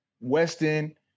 Weston